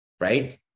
right